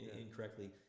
incorrectly